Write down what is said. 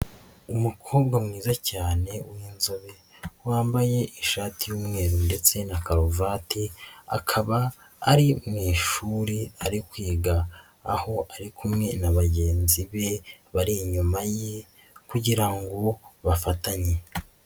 Umukobwa mwiza cyane w'inzobe wambaye ishati y'umweru ndetse na karuvati akaba ari mu ishuri ari kwiga aho ari kumwe na bagenzi be bari inyuma ye kugirango bafatanye.